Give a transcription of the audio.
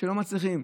שלא מצליחים?